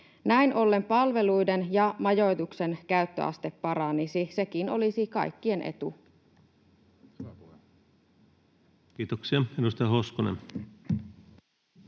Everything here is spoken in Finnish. Näin ollen palveluiden ja majoituksen käyttöaste paranisi. Sekin olisi kaikkien etu. Kiitoksia. — Edustaja Hoskonen.